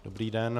Dobrý den.